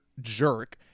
jerk